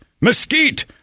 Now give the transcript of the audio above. Mesquite